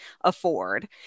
afford